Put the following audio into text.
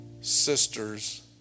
sister's